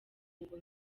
ngo